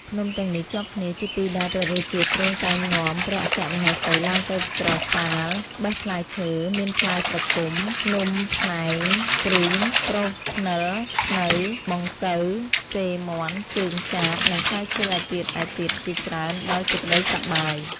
ភ្នំទាំងនេះជាប់គ្នា ជាទីដែលព្រះរាជាទ្រង់តែងនាំព្រះអគ្គមហេសីឡើងទៅក្រសាលបេះផ្លែឈើ មានផ្លែស្រគំ ភ្នំភ្នែង ព្រីង ព្រូស ព្និល ព្នៅ បង្គៅ សិរមាន់ ជើងចាប និងផ្លែឈើឯទៀតៗជាច្រើន ដោយសេចក្ដីសប្បាយ ។